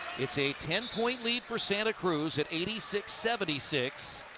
it's a ten-point lead for santa cruz at eighty six seventy six.